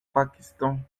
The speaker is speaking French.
pakistan